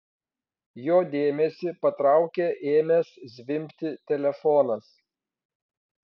jo dėmesį patraukė ėmęs zvimbti telefonas